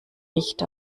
nicht